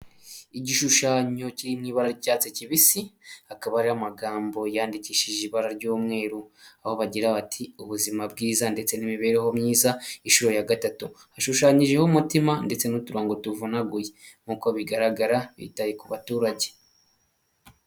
Igishushanyo kiri mw'ibara ry'icyatsi kibisi hakaba ari amagambo yandikishije ibara ry'umweru aho bagira bati ''ubuzima bwiza ndetse n'imibereho myiza inshuro ya gatatu'' hashushanyijeho umutima ndetse n'uturongogo tuvunaguye nk'uko bigaragara bitaye ku baturage.